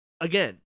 again